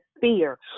fear